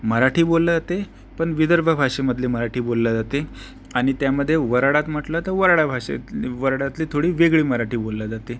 मराठी बोलली जाते पण विदर्भ भाषेमधली मराठी बोलली जाते आणि त्यामध्ये वराडात म्हटलं तर वराडी भाषेत वराडातली थोडी वेगळी मराठी बोलली जाते